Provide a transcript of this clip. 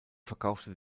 verkaufte